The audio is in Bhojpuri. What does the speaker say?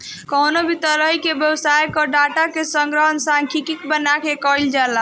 कवनो भी तरही के व्यवसाय कअ डाटा के संग्रहण सांख्यिकी बना के कईल जाला